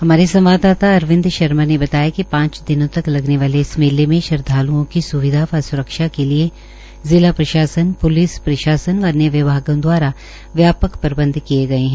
हमारे संवाददाता अरविंद शर्मा ने बताया कि पांच दिनों तक लगने वाले इस मेले में श्रद्घाल्ओं की स्विधा व स्रक्षा के लिए जिला प्रशासन प्लिस प्रशासन व अन्य विभागों दवारा व्यापक प्रबन्ध किए गए हैं